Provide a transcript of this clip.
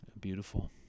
Beautiful